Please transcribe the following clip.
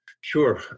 Sure